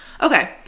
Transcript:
Okay